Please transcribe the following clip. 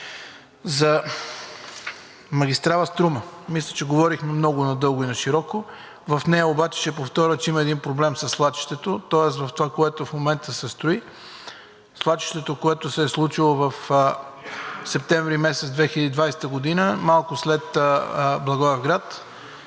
За магистрала „Струма“ мисля, че говорихме много надълго и нашироко. В нея обаче – ще повторя – има един проблем със свлачището, тоест в това, което в момента се строи. Свлачището, което се е случило през септември месец 2020 г., малко след Благоевград